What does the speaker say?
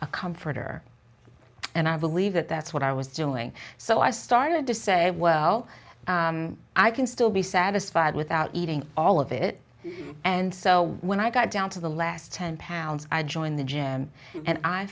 a comforter and i believe that that's what i was doing so i started to say well i can still be satisfied without eating all of it and so when i got down to the last ten pounds i joined the gym and i